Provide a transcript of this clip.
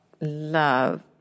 love